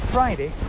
Friday